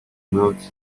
move